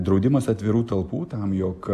draudimas atvirų talpų tam jog